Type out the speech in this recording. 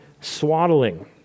swaddling